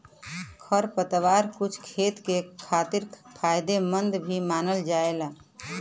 खरपतवार कुछ खेत के खातिर फायदेमंद भी मानल जाला